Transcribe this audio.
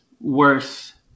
worth